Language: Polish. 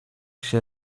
się